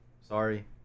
Sorry